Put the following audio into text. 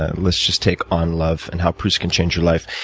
ah let's just take on love and how proust can change your life,